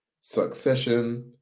Succession